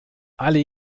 alle